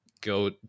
go